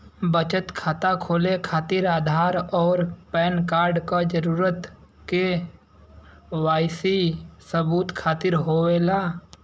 बचत खाता खोले खातिर आधार और पैनकार्ड क जरूरत के वाइ सी सबूत खातिर होवेला